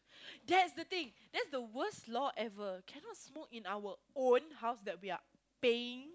that's the thing that's the worst law every cannot smoke in our own house that we are paying